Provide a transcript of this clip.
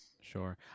sure